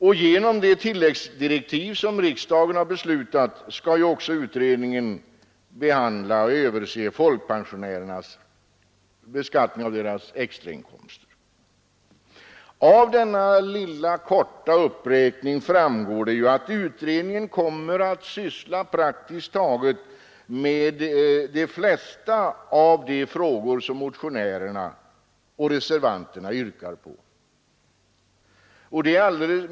Enligt de tilläggsdirektiv som riksdagen har beslutat skall utredningen också överse beskattningen av folkpensionärernas extrainkomster. Av denna korta uppräkning framgår att utredningen kommer att syssla praktiskt taget med de flesta av de frågor som motionärerna och reservanterna yrkar på att den skall få göra.